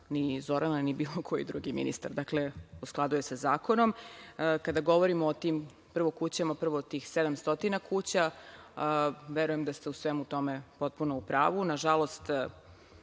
ni Zorana ni bilo koji drugi ministar. Dakle, u skladu je sa zakonom. Kada govorimo prvo o tim kućama, prvo o tim 700 kuća, verujem da ste u svemu tome potpuno u pravu. Nažalost,